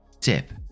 Tip